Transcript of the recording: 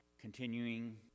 continuing